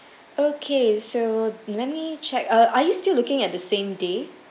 okay so let me check uh are you still looking at the same day